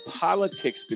politics